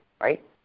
right